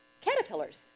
caterpillars